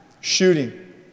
shooting